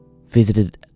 visited